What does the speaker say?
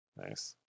Nice